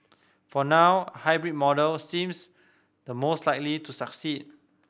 for now hybrid model seems the most likely to succeed